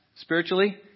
spiritually